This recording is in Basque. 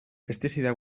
pestizida